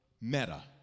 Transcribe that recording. meta